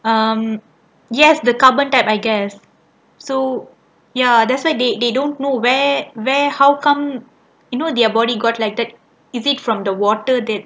um yes the carbon type I guess so ya that's why they they don't know where where how come you know their body got lighted is it from the water that